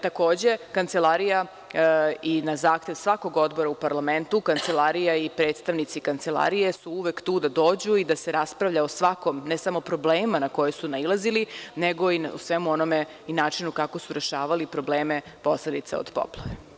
Takođe, na zahtev svakog odbora u parlamentu, Kancelarija i predstavnici Kancelarije su uvek tu da dođu i da se raspravlja o svakom, ne samo o problemima na koje su nailazili, nego i o svemu onome i o načinu kako su rešavali probleme posledica od poplava.